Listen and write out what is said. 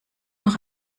noch